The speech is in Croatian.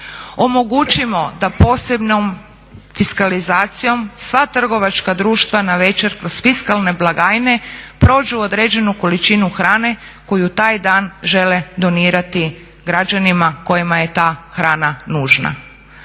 omogućimo da posebnom fiskalizacijom sva trgovačka društva navečer kroz fiskalne blagajne prođu određenu količinu hrane koju taj dan žele donirati građanima kojima je ta hrana nužna.